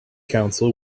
counsel